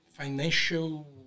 financial